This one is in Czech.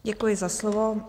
Děkuji za slovo.